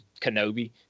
Kenobi